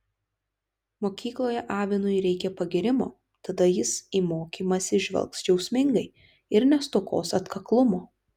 mokykloje avinui reikia pagyrimo tada jis į mokymąsi žvelgs džiaugsmingai ir nestokos atkaklumo